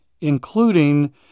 including